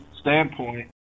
standpoint